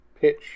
pitch